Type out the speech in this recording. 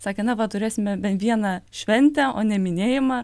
sakė na va turėsime bent vieną šventę o ne minėjimą